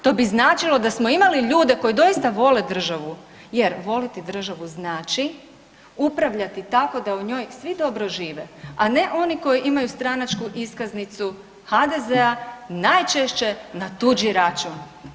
To bi značilo da smo imali ljude koji doista vole državu, jer voliti državu znači upravljati tako da u njoj svi dobro žive a ne oni koji imaju stranačku iskaznicu HDZ-a i najčešće na tuđi račun.